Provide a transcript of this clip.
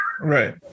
Right